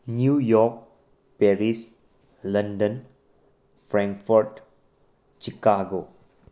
new York Paris London Frankfurt Chicago